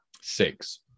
Six